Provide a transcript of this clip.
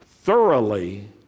Thoroughly